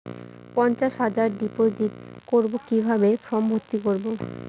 পঞ্চাশ হাজার ডিপোজিট করবো কিভাবে ফর্ম ভর্তি করবো?